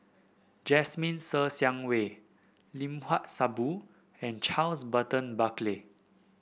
Jasmine Ser Xiang Wei Limat Sabtu and Charles Burton Buckley